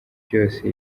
byose